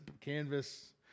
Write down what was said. canvas